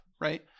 right